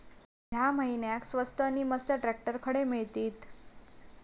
या महिन्याक स्वस्त नी मस्त ट्रॅक्टर खडे मिळतीत?